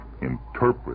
interpret